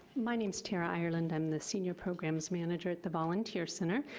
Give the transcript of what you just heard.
my name's tara ireland. i'm the senior programs manager at the volunteer center.